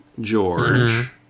George